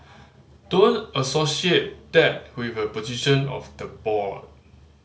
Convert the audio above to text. don't associate that with a position of the board